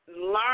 Learn